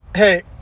Hey